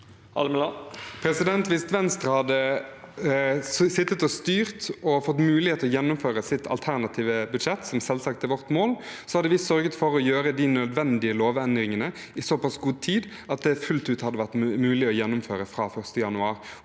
Hvis vi i Venstre hadde sittet og styrt og fått mulighet til å gjennomføre vårt alternative budsjett, som selvsagt er vårt mål, hadde vi sørget for å gjøre de nødvendige lovendringene i såpass god tid at dette hadde vært fullt mulig å gjennomføre fra 1. januar.